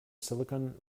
silicon